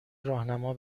راهنما